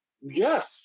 Yes